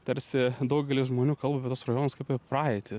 tarsi daugelis žmonių kalba apie tuos rajonus kaip apie praeitį